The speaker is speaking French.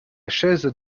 chaise